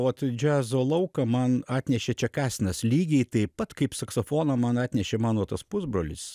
vat džiazo lauką man atnešė čekasinas lygiai taip pat kaip saksofoną man atnešė mano tas pusbrolis